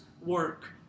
work